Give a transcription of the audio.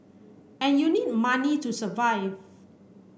and you need money to survive